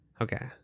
okay